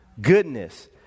goodness